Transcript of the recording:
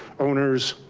owners,